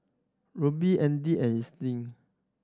Rubie Audy and Ernst